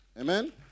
Amen